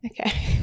Okay